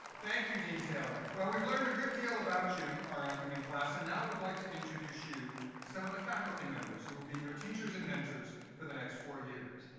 thank you, dean taylor. well, we've learned a good deal about you, our incoming class, and now we'd like to introduce you to some of the faculty members who will be your teachers and mentors for the next four years.